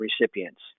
recipients